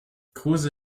kruse